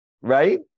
right